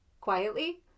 quietly